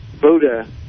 buddha